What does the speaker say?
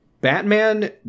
Batman